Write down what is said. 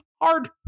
hard